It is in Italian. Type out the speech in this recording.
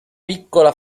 piccola